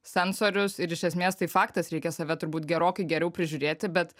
sensorius ir iš esmės tai faktas reikia save turbūt gerokai geriau prižiūrėti bet